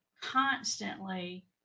constantly